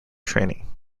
training